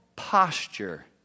posture